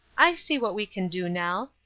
i see what we can do, nell.